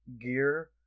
gear